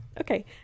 Okay